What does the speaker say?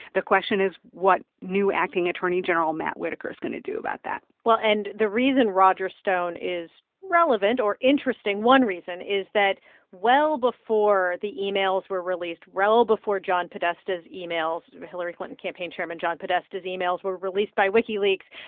the question is what new acting attorney general matt whitaker is going to do about that well, and the reason roger stone is relevant or interesting one reason is that well before the emails were released, well before john podesta's emails hillary clinton campaign chairman john podesta's emails were released by wikileaks,